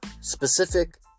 specific